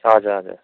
हजुर हजुर